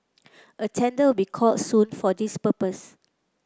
a tender will be called soon for this purpose